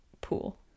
pool